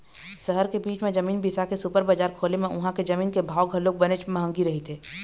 सहर के बीच म जमीन बिसा के सुपर बजार खोले म उहां के जमीन के भाव घलोक बनेच महंगी रहिथे